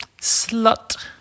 slut